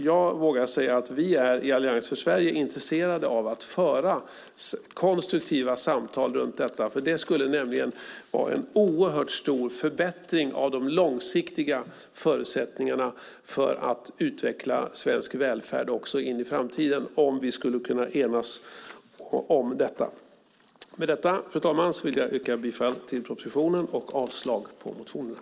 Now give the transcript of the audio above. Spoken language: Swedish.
Jag vågar säga att vi i Allians för Sverige är intresserade av att föra konstruktiva samtal runt detta, för det skulle nämligen vara en oerhört stor förbättring av de långsiktiga förutsättningarna för att utveckla svensk välfärd också in i framtiden om vi skulle kunna enas om detta. Med detta, fru talman, vill jag yrka bifall till propositionen och avslag på motionerna.